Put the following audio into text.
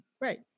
Right